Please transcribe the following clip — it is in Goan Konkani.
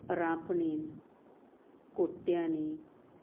रापणीन कोट्यांनी